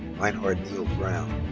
reinhard neal brown.